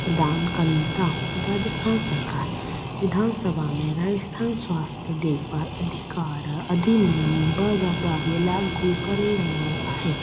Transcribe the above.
प्रधान कनि था राजस्थान सरकारि विधानसभा में राजस्थान सवास्थ्य देखभाल अधिकार अधिनियम ॿ हज़ार ॿावीह लाॻू करे रहियो आहे